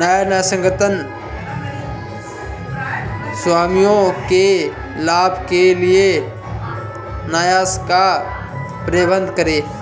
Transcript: न्यायसंगत स्वामियों के लाभ के लिए न्यास का प्रबंधन करे